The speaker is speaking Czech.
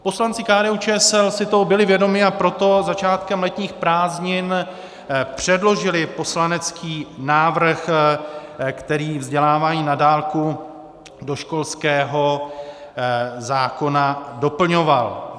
Poslanci KDUČSL si toho byli vědomi, a proto začátkem letních prázdnin předložili poslanecký návrh, který vzdělávání na dálku do školského zákona doplňoval.